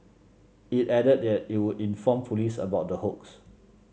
it added that it would inform police about the hoax